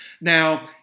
Now